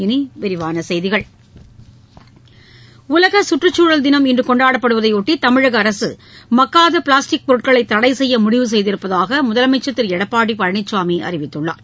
இனி விரிவான செய்திகள் உலகச் சுற்றுச்சூழல் தினம் இன்று கொண்டாடப்படுவதையொட்டி தமிழக அரசு மக்காத பிளாஸ்டிக் பொருட்களை தடைசெய்ய முடிவு செய்திருப்பதாக முதலமைச்சர் திரு எடப்பாடி பழனிசாமி அறிவித்துள்ளார்